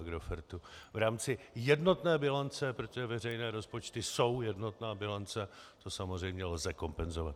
V rámci jednotné bilance, protože veřejné rozpočty jsou jednotná bilance, to samozřejmě lze kompenzovat.